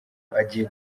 agiye